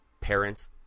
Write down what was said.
parents